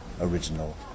original